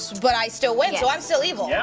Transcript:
but i still win, so i'm still evil. yeah